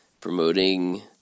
promoting